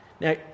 Now